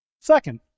Second